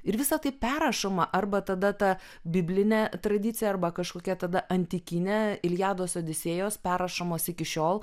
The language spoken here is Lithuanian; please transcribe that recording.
ir visa tai perrašoma arba tada ta biblinė tradicija arba kažkokia tada antikinė iliados odisėjos perrašomos iki šiol